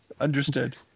Understood